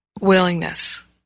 willingness